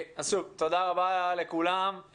תודה רבה לכולם.